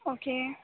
okay